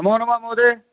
नमोनमः महोदय